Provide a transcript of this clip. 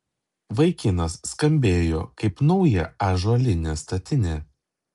vaikinas skambėjo kaip nauja ąžuolinė statinė